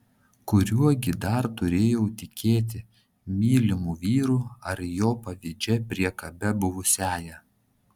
kuriuo gi dar turėjau tikėti mylimu vyru ar jo pavydžia priekabia buvusiąja